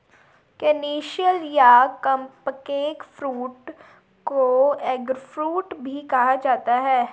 canistel या cupcake fruit को eggfruit भी कहा जाता है